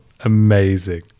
Amazing